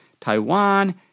Taiwan